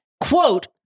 quote